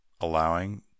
allowing